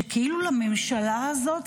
שכאילו לממשלה הזאת,